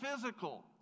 physical